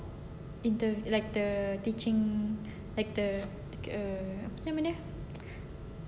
interview like the teaching like the macam mana